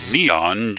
Neon